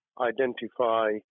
identify